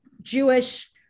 Jewish